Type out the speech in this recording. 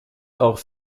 auch